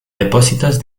depósitos